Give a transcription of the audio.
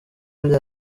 bya